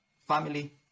family